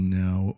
now